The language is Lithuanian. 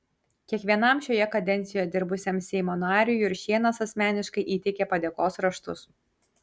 kiekvienam šioje kadencijoje dirbusiam seimo nariui juršėnas asmeniškai įteikė padėkos raštus